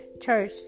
church